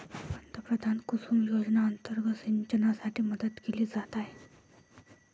पंतप्रधान कुसुम योजना अंतर्गत सिंचनासाठी मदत दिली जात आहे